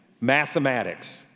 mathematics